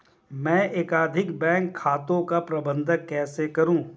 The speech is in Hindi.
मैं एकाधिक बैंक खातों का प्रबंधन कैसे करूँ?